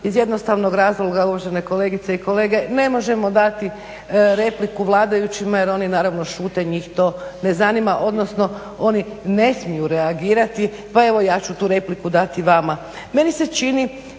iz jednostavnog razloga uvažene kolegice i kolege ne možemo dati repliku vladajućima jer oni naravno šute, njih to ne zanima, odnosno oni ne smiju reagirati. Pa evo ja ću tu repliku dati vama.